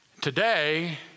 Today